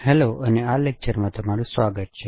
hello અને આ લેક્ચરમાં તમારું સ્વાગત છે